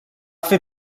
fer